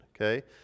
Okay